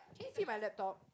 can it fit my laptop